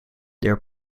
their